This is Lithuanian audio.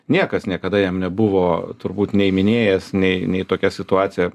niekas niekada jam nebuvo turbūt nei minėjęs nei nei tokia situacija